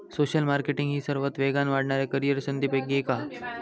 social marketing ही सर्वात वेगान वाढणाऱ्या करीअर संधींपैकी एक हा